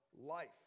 life